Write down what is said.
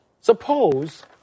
Suppose